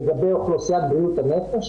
לגבי אוכלוסיית בריאות הנפש,